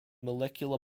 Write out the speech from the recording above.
molecular